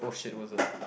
oh shit it was a